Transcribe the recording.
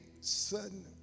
sudden